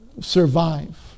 survive